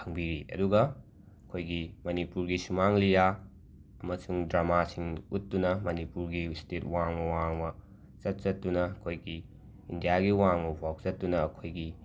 ꯈꯪꯕꯤꯔꯤ ꯑꯗꯨꯒ ꯑꯩꯈꯣꯏꯒꯤ ꯃꯅꯤꯄꯨꯔꯒꯤ ꯁꯨꯃꯥꯡ ꯂꯤꯂꯥ ꯑꯃꯁꯨꯡ ꯗ꯭ꯔꯃꯥꯁꯤꯡ ꯎꯠꯇꯨꯅ ꯃꯅꯤꯄꯨꯔꯒꯤ ꯁ꯭ꯇꯦꯠ ꯋꯥꯡꯃ ꯋꯥꯡꯃ ꯆꯠ ꯆꯠꯇꯨꯅ ꯑꯩꯈꯣꯏꯒꯤ ꯏꯟꯗꯤꯌꯥꯒꯤ ꯋꯥꯡꯃꯐꯧ ꯆꯠꯇꯨꯅ ꯑꯩꯈꯣꯏꯒꯤ